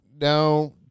now